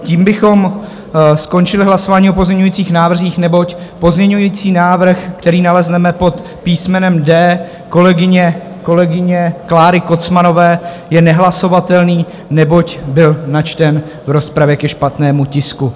Tím bychom skončili hlasování o pozměňovacích návrzích, neboť pozměňovací návrh, který nalezneme pod písmenem D kolegyně Kláry Kocmanové, je nehlasovatelný, neboť byl načten v rozpravě ke špatnému tisku.